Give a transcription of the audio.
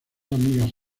amigas